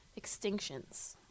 Extinctions